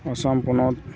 ᱟᱥᱟᱢ ᱯᱚᱱᱚᱛ